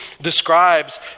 describes